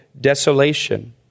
desolation